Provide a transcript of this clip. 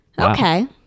Okay